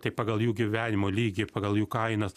tai pagal jų gyvenimo lygį pagal jų kainas